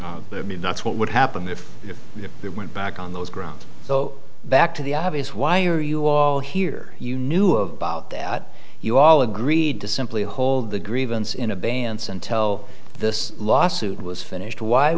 let me that's what would happen if they went back on those grounds so back to the obvious why are you all here you knew about that you all agreed to simply hold the grievance in advance and tell this lawsuit was finished why